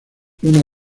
una